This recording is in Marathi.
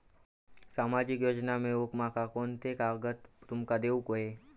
सामाजिक योजना मिलवूक माका कोनते कागद तुमका देऊक व्हये?